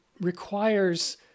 requires